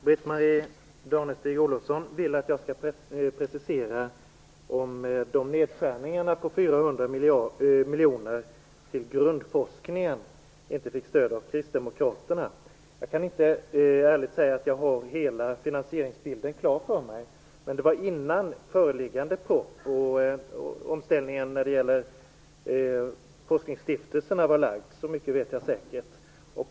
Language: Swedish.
Fru talman! Britt-Marie Danestig-Olofsson vill att jag skall precisera varför de nedskärningar på 400 Kristdemokraterna. Jag kan inte ärligt säga att jag har hela finansieringsbilden klar för mig, men detta hände innan propositionen förelåg och omställningen för forskningsstiftelserna var klar. Så mycket vet jag säkert.